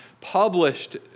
published